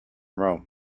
rome